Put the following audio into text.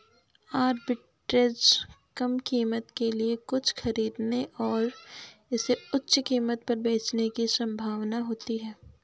arbitrage कम कीमत के लिए कुछ खरीदने और इसे उच्च कीमत पर बेचने की संभावना होती है